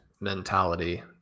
mentality